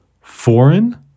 Foreign